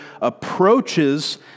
approaches